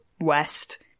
West